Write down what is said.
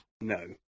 No